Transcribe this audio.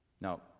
Now